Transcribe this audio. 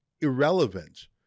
irrelevant